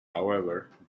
however